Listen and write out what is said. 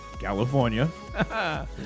California